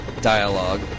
dialogue